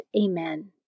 Amen